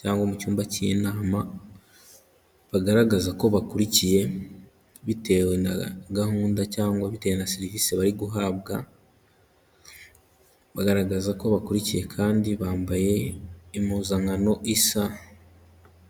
cyangwa mu cyumba cy'inama bagaragaza ko bakurikiye bitewe na gahunda cyangwa bitewe na serivisi bari guhabwa, bagaragaza ko bakurikiye kandi bambaye impuzankano isa.